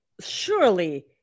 Surely